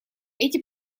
эти